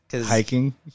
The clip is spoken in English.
Hiking